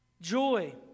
joy